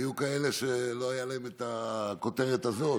היו כאלה שלא הייתה להן הכותרת הזאת,